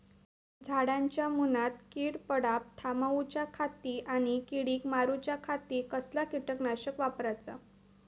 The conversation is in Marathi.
झाडांच्या मूनात कीड पडाप थामाउच्या खाती आणि किडीक मारूच्याखाती कसला किटकनाशक वापराचा?